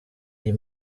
iyi